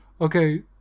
Okay